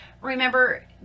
Remember